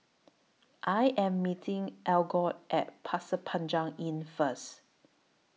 I Am meeting Algot At Pasir Panjang Inn First